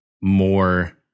more